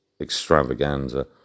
extravaganza